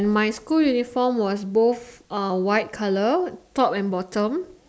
and my school uniform was both uh white colour top and bottom